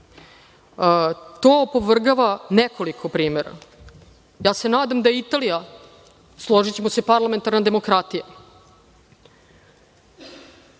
to opovrgava nekoliko primera. Ja se nadam da je Italija, složićemo se, parlamentarna demokratija.